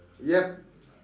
yup